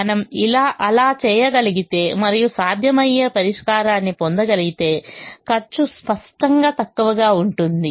మనము అలా చేయగలిగితే మరియు సాధ్యమయ్యే పరిష్కారాన్ని పొందగలిగితే ఖర్చు స్పష్టంగా తక్కువగా ఉంటుంది